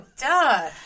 duh